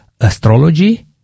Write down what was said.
astrology